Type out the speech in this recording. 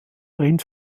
rind